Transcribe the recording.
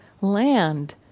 land